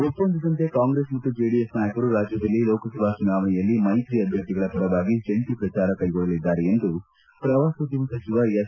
ಒಪ್ಪಂದದಂತೆ ಕಾಂಗ್ರೆಸ್ ಮತ್ತು ಜೆಡಿಎಸ್ ನಾಯಕರು ರಾಜ್ಯದಲ್ಲಿ ಲೋಕಸಭಾ ಚುನಾವಣೆಯಲ್ಲಿ ಮೈತ್ರಿ ಅಭ್ಯರ್ಥಿಗಳ ಪರವಾಗಿ ಜಂಟಿ ಪ್ರಚಾರ ಕೈಗೊಳ್ಳಲಿದ್ದಾರೆ ಎಂದು ಪ್ರವಾಸೋದ್ಯಮ ಸಚಿವ ಎಸ್